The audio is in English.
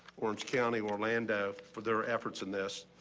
orange county orlando for their efforts in this.